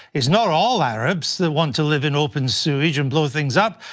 it's not all arabs that want to live in open sewage and blow things up,